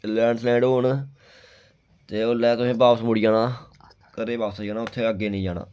land slide होन ते ओल्लै तुसें बापस मुड़ी जाना घरै गी बापस जाना उत्थै अग्गें नेईं जाना